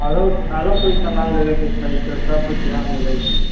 आरु आरु कोइ सामान लेबयके छै त सबकिछछु हाँ मिलै छै